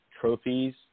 trophies